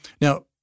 Now